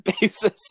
basis